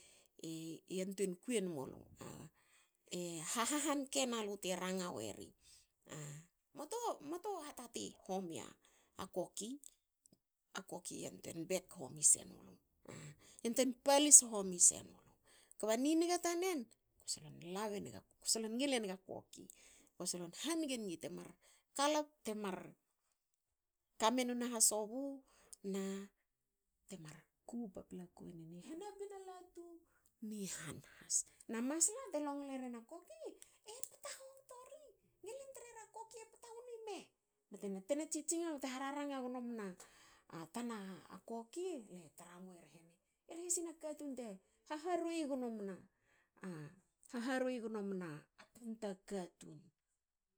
E yantuei ku enumulu,"ah e ha"hahanke nalu te ranga weri, muatu muatu hatati homi a koki. A koki yantuen bek homi senulu yantuen palis homi senulu kba ni niga tanen. solon lav enga solon ngil enga koki. ko solon hanige nigi te mar kala. te mar kamenin u hasobu na temar ku paplaku wenen i bina latu ni han has. Na masla te longle rin a koki. e pta hobto ri ngilin trera koki e pta wni me btena tsitsing ne bte ha raranga gno mna a tana koki. ne tramu e hrena e hresina katun te haharwuei gno mna tanta katun